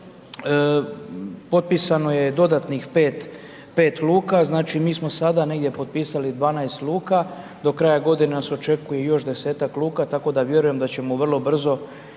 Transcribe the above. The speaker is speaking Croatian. potpisano je dodatnih 5 luka, znači mi smo sada negdje potpisali 12 luka, do kraja godine nas očekuje još 10-ak luka tako da vjerujem da ćemo vrlo brzo i potpisati